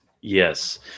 Yes